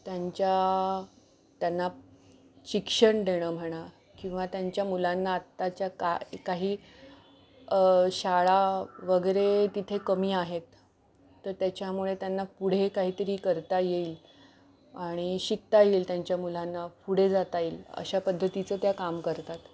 त्यांच्या त्यांना शिक्षण देणं म्हणा किंवा त्यांच्या मुलांना आत्ताच्या का काही शाळा वगैरे तिथे कमी आहेत तर त्याच्यामुळे त्यांना पुढे काहीतरी करता येईल आणि शिकता येईल त्यांच्या मुलांना पुढे जाता येईल अशा पद्धतीचं त्या काम करतात